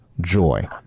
joy